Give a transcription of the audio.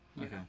Okay